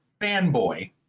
fanboy